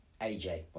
AJ